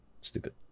stupid